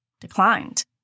declined